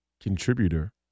contributor